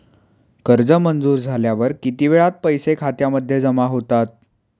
कर्ज मंजूर झाल्यावर किती वेळात पैसे खात्यामध्ये जमा होतात?